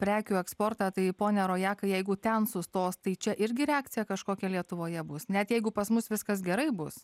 prekių eksportą tai ponia rojaka jeigu ten sustos tai čia irgi reakcija kažkokia lietuvoje bus net jeigu pas mus viskas gerai bus